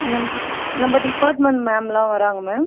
நம்ப நம்ப டிப்பார்ட்மெண்ட் மேம்லாம் வராங்க மேம்